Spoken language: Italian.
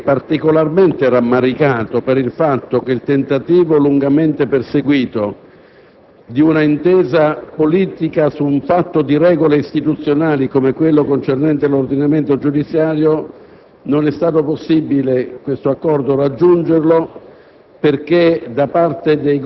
il Gruppo UDC è particolarmente rammaricato per il fatto che, nonostante il tentativo, lungamente perseguito, di un'intesa politica su un fatto di regole istituzionali (come quello concernente l'ordinamento giudiziario), non sia stato possibile raggiungere